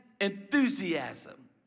enthusiasm